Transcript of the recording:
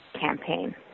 campaign